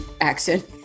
accent